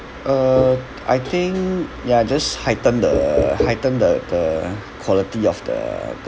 uh I think ya just heightened the heightened the the quality of the